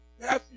Matthew